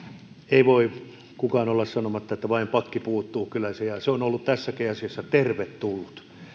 ei voi kukaan olla sanomatta että vain pakki puuttuu kyllä se on ollut tässäkin asiassa tervetullut